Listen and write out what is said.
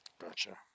Gotcha